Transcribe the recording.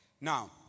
now